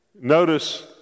notice